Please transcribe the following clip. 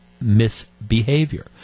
misbehavior